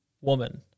woman